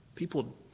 People